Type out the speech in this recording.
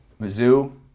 Mizzou